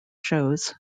shows